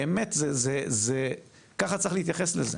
באמת, ככה צריך להתייחס לזה.